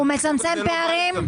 הוא מצמצם פערים?